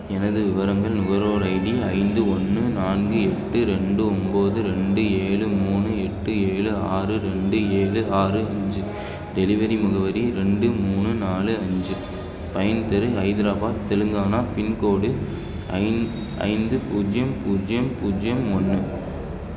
எனது விவரங்கள் நுகர்வோர் ஐடி ஐந்து ஒன்று நான்கு எட்டு ரெண்டு ஒம்பது ரெண்டு ஏழு மூணு எட்டு ஏழு ஆறு ரெண்டு ஏழு ஆறு அஞ்சு டெலிவரி முகவரி ரெண்டு மூணு நாலு அஞ்சு பைன் தெரு ஹைதராபாத் தெலுங்கானா பின்கோடு ஐந் ஐந்து பூஜ்ஜியம் பூஜ்ஜியம் பூஜ்ஜியம் ஒன்று